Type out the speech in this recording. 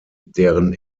deren